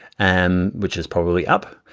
and which is probably up,